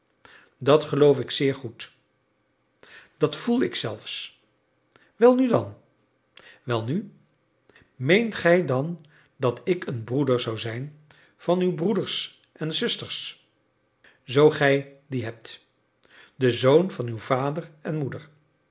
dat geloof ik zeer goed dat voel ik zelfs welnu dan welnu meent gij dan dat ik een broeder zijn zou van uw broeders en zusters zoo gij die hebt de zoon van uw vader en moeder